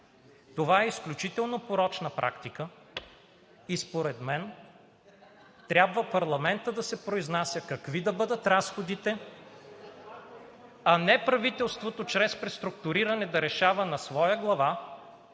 Това е изключително порочна практика и според мен трябва парламентът да се произнася какви да бъдат разходите, а не правителството чрез преструктуриране да решава на своя глава